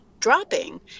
dropping